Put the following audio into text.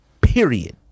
period